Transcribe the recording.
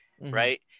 right